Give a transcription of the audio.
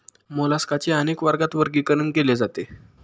मोलास्काचे अनेक वर्गात वर्गीकरण केले जाते